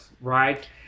right